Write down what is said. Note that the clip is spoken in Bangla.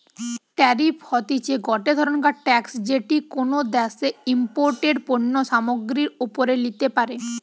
ট্যারিফ হতিছে গটে ধরণের ট্যাক্স যেটি কোনো দ্যাশে ইমপোর্টেড পণ্য সামগ্রীর ওপরে লিতে পারে